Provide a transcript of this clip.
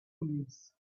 leaves